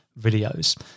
videos